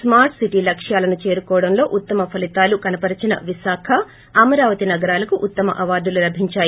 smart city లక్ష్మాలను చేరుకోవడంలో ఉత్తమ ఫలితాలు కనబరిచన విశాఖ అమరావతి నగరాలకు ఉత్తమ అవార్లు లభించాయి